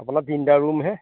আপোনাৰ তিনিটা ৰুমহে